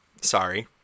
sorry